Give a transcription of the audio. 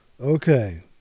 Okay